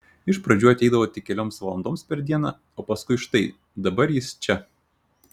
iš pradžių ateidavo tik kelioms valandoms per dieną o paskui štai dabar jis čia